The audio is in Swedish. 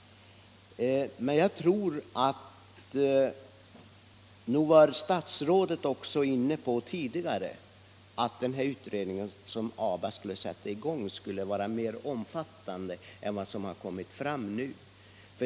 Men nog var statsrådet tidigare också inne på att den utredning som ABA skulle sätta i gång skulle vara mer omfattande än vad som kommit fram nu.